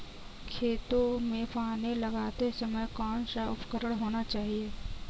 खेतों में पानी लगाते समय कौन सा उपकरण होना चाहिए?